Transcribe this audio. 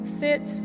sit